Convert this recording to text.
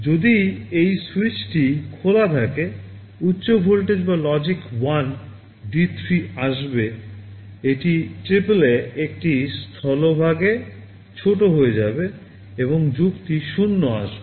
যদি এই স্যুইচটি খোলা থাকে উচ্চ ভোল্টেজ বা লজিক 1 D 3 এ আসবে এটি টিপলে এটি স্থলভাগে ছোট হয়ে যাবে এবং 0 আসবে